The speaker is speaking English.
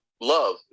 love